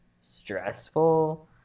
stressful